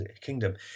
kingdom